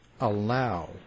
allow